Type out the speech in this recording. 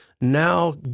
now